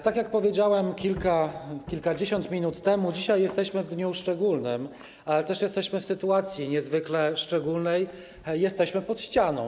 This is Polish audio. Tak jak powiedziałem kilkadziesiąt minut temu, dzisiaj jesteśmy w dniu szczególnym, ale też jesteśmy w sytuacji niezwykle szczególnej: jesteśmy pod ścianą.